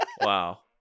Wow